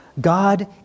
God